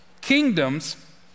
Kingdoms